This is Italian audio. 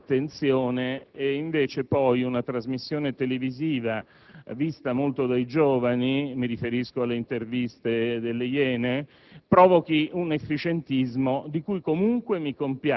non venga tenuta in debita attenzione e invece poi una trasmissione televisiva vista molto dai giovani - mi riferisco alle interviste de «Le Iene»